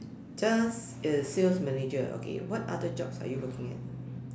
just a sales manager okay what other job are you looking at